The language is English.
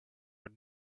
were